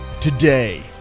today